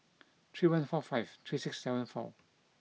three one four five three six seven four